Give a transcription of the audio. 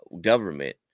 government